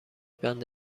بند